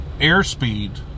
airspeed